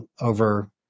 over